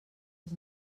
els